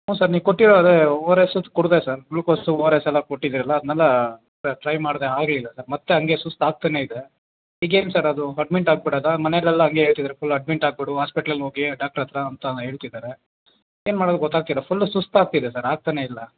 ಹ್ಞೂ ಸರ್ ನೀವು ಕೊಟ್ಟಿರೋ ಅದೇ ಓ ಆರ್ ಎಸ್ಸು ಕೂಡಿದೆ sir glucose O R S ಎಲ್ಲ ಕೊಟ್ಟಿದ್ದಿರಲ್ಲ ಅದನ್ನೆಲ್ಲ ಸರ್ ಟ್ರೈ ಮಾಡಿದೆ ಆಗಲಿಲ್ಲ ಸರ್ ಮತ್ತೆ ಹಂಗೆ ಸುಸ್ತು ಆಗ್ತಲೇ ಇದೆ ಈಗ ಏನು ಸರ್ ಅದು ಅಡ್ಮಿಟ್ ಆಗ್ಬಿಡೋದಾ ಮನೆಯಲ್ಲೆಲ್ಲ ಹಂಗೆ ಹೇಳ್ತಿದ್ರ್ ಫುಲ್ ಅಡ್ಮಿಟ್ ಆಗಿಬಿಡು ಹಾಸ್ಪೆಟ್ಲಲ್ಲಿ ಹೋಗಿ ಡಾಕ್ಟ್ರ್ ಹತ್ರ ಅಂತ ಹೇಳ್ತಿದ್ದಾರೆ ಏನು ಮಾಡೋದ್ ಗೊತ್ತಾಗ್ತಿಲ್ಲ ಫುಲ್ಲು ಸುಸ್ತು ಆಗ್ತಿದೆ ಸರ್ ಆಗ್ತಲೇ ಇಲ್ಲ